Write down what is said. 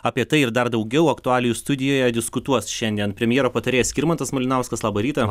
apie tai ir dar daugiau aktualijų studijoje diskutuos šiandien premjero patarėjas skirmantas malinauskas labą rytą